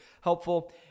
helpful